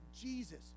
jesus